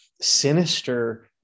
sinister